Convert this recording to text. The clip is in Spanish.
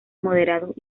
moderados